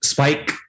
Spike